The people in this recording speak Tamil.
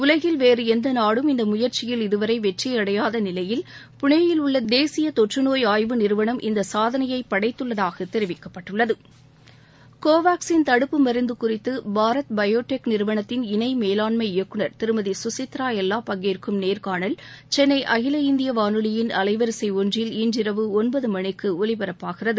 உலகில் வேறு எந்த நாடும் இந்த முயற்சியில் இதுவரை வெற்றியடையாத நிலையில் புனேயில் உள்ள தேசிய தொற்றுநோய் ஆய்வு நிறுவனம் இந்த சாதனை படைத்துள்ளதாக தெரிவிக்கப்பட்டுள்ளது கோவாக்சின் தடுப்பு மருந்து குறித்து பாரத் பையோ டெக் நிறுவனத்தின் இணை மேலாண்மை இயக்குநர் திருமதி கசித்ரா எல்லா பங்கேற்கும் நேர்காணல் சென்னை அகில இந்திய வானொலியின் அலைவரிசை ஒன்றில் இன்றிரவு ஒன்பது மணிக்கு ஒலிபரப்பாகிறது